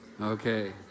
Okay